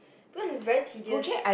because it's very tedious